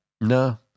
No